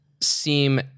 seem